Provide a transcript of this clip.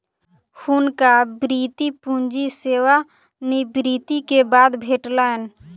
हुनका वृति पूंजी सेवा निवृति के बाद भेटलैन